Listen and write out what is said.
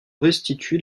restitue